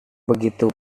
begitu